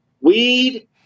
weed